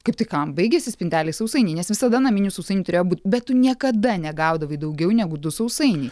kaip tai kam baigėsi spintelėj sausainiai nes visada naminių sausainių turėjo būt bet tu niekada negaudavai daugiau negu du sausainiai